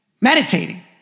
meditating